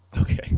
Okay